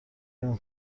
نمی